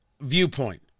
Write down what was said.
viewpoint